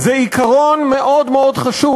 עיקרון מאוד חשוב,